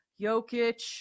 Jokic